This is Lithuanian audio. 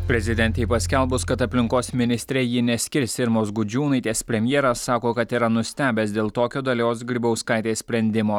prezidentei paskelbus kad aplinkos ministre ji neskirs irmos gudžiūnaitės premjeras sako kad yra nustebęs dėl tokio dalios grybauskaitės sprendimo